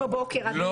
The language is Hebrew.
בשעה 06:00, הדיון.